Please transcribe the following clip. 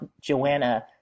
Joanna